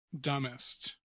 dumbest